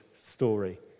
story